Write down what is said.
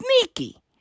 sneaky